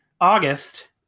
august